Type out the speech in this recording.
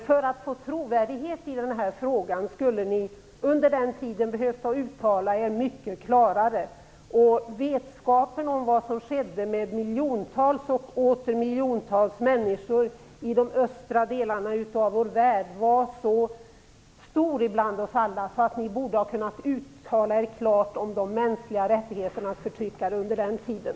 För att nå trovärdighet i denna fråga skulle ni under den tiden ha behövt uttala er mycket klarare. Vetskapen om vad som skedde med miljontals och åter miljontals människor i de östra delarna av vår värld var så stor bland oss alla att ni borde ha kunnat uttala er klart om förtryck av de mänskliga rättigheterna under den tiden.